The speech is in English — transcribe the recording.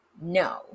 No